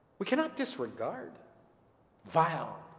we cannot disregard vile,